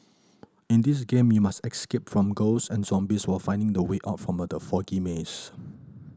in this game you must escape from ghost and zombies while finding the way out from the foggy maze